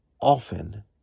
often